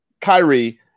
Kyrie